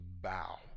bow